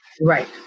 Right